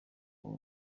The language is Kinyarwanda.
abo